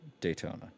Daytona